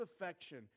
affection